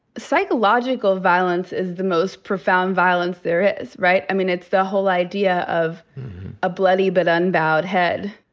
psychological violence is the most profound violence there is, right? i mean, it's the whole idea of a bloody but unbowed head.